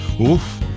Oof